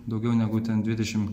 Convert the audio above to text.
daugiau negu ten dvidešim